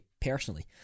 personally